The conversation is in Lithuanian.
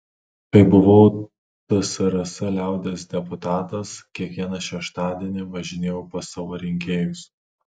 kai buvau tsrs liaudies deputatas kiekvieną šeštadienį važinėjau pas savo rinkėjus